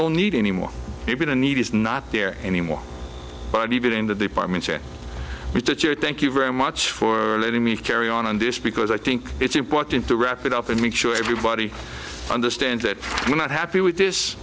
don't need any more people the need is not there anymore but even in the department chair with a chair thank you very much for letting me carry on on this because i think it's important to wrap it up and make sure everybody understands that we're not happy with this